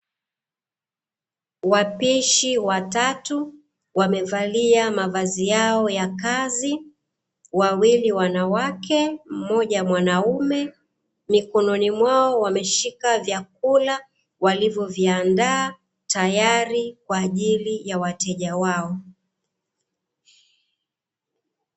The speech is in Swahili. Wapishi watatu wamevalia mavazi yao ya kazi. Wawili wanawake, mmoja mwanaume, mikononi mwao wameshika vyakula walivyoviandaa, tayari kwa ajili ya wateja wao.